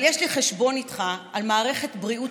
אבל יש לי חשבון איתך על מערכת בריאות